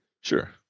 Sure